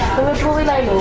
the jewelry line